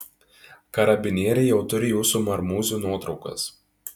karabinieriai jau turi jūsų marmūzių nuotraukas